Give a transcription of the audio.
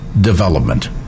development